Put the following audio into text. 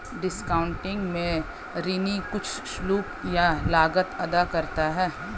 discounting में ऋणी कुछ शुल्क या लागत अदा करता है